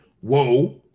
whoa